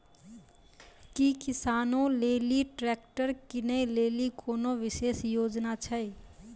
कि किसानो लेली ट्रैक्टर किनै लेली कोनो विशेष योजना छै?